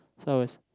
some of us